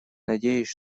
надеюсь